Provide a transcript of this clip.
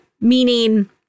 meaning